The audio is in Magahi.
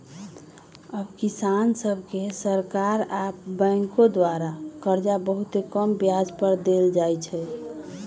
अब किसान सभके सरकार आऽ बैंकों द्वारा करजा बहुते कम ब्याज पर दे देल जाइ छइ